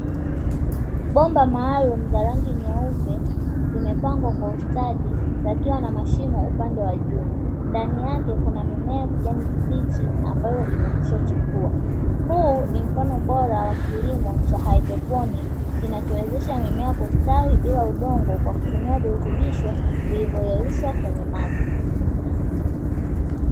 Bomba maalum za rangi nyeupe zimepangwa kwa ustadi yakiwa na mashimo upande wa juu, ndani yake kuna mimea ya kijani kimbichi ambayo ndani yake vimekwisha chipua, huu ni mfano bora wa kilimo cha hydroponiki kinachowezesha mimea kustawi bila udongo kwa kutumia virutubisho vilivyoyeyushwa kwenye maji.